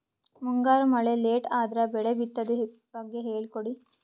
ಮುಂಗಾರು ಮಳೆ ಲೇಟ್ ಅದರ ಬೆಳೆ ಬಿತದು ಬಗ್ಗೆ ಹೇಳಿ ಕೊಡಿ?